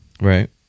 Right